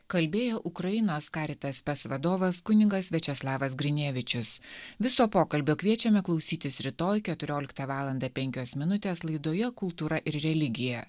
kalbėjo ukrainos caritas spes vadovas kunigas viačeslavas grinevičius viso pokalbio kviečiame klausytis rytoj keturioliktą valandą penkios minutės laidoje kultūra ir religija